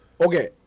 Okay